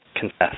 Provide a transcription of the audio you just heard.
confess